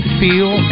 feel